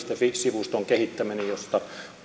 fi sivuston josta